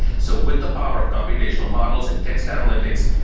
so with the power of computational models and text analytics,